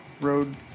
Road